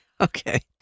Okay